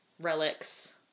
relics